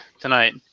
tonight